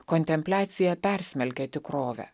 kontempliacija persmelkė tikrovę